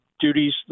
duties